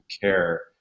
care